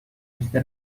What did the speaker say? este